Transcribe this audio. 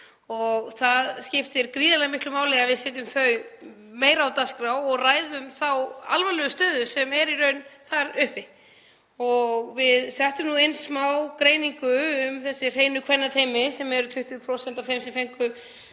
Það skiptir gríðarlega miklu máli að við setjum þau meira á dagskrá og ræðum þá alvarlegu stöðu sem er í raun þar uppi. Við settum inn smá greiningu um þessi hreinu kvennateymi, sem eru 20% af þeim sem fengu